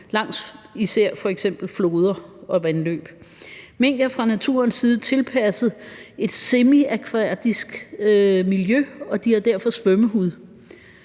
langs f.eks. floder og vandløb. Mink er fra naturens side tilpasset et semiakvatisk miljø, og de har derfor svømmehud.